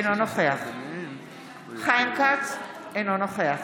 אינו נוכח חיים כץ, אינו נוכח